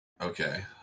Okay